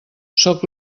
sóc